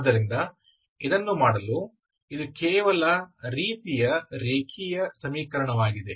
ಆದ್ದರಿಂದ ಇದನ್ನು ಮಾಡಲು ಇದು ಕೇವಲ ರೀತಿಯ ರೇಖೀಯ ಸಮೀಕರಣವಾಗಿದೆ